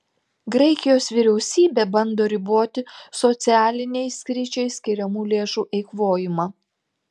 graikijos vyriausybė bando riboti socialiniai sričiai skiriamų lėšų eikvojimą